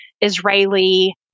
Israeli